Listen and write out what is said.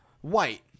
White